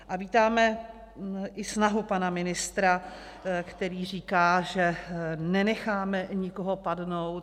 A vítáme i snahu pana ministra, který říká, že nenecháme nikoho padnout.